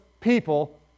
people